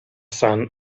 sun